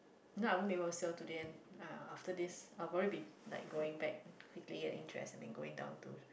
you know I won't be able to see her today and uh after this I probably be like going back quickly getting dressed and then going down to